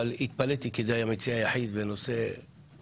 אבל התפלאתי כי זה היה מציע יחיד וזה אושר.